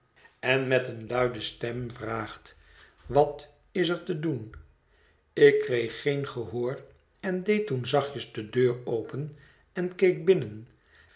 en met eene luide stem vraagt wat is er te doen ik kreeg geen gehoor en deed toen zachtjes de deur open en keek binnen